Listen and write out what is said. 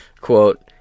Quote